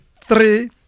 three